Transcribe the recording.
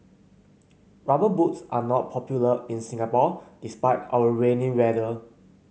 rubber boots are not popular in Singapore despite our rainy weather